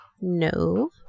No